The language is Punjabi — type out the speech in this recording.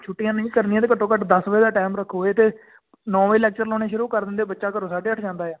ਛੁੱਟੀਆਂ ਨਹੀਂ ਕਰਨੀਆਂ ਤਾਂ ਘੱਟੋ ਘੱਟ ਦਸ ਵਜੇ ਦਾ ਟਾਈਮ ਰੱਖੋ ਇਹ ਤਾਂ ਨੌ ਵਜੇ ਲੈਕਚਰ ਲਾਉਣੇ ਸ਼ੁਰੂ ਕਰ ਦਿੰਦੇ ਬੱਚਾ ਘਰੋਂ ਸਾਢੇ ਅੱਠ ਜਾਂਦਾ ਆ